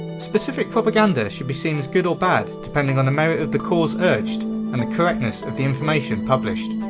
specific propaganda should be seen as good or bad depending on the merit of the cause urged and the correctness of the information published.